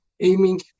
aiming